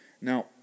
Now